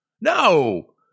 No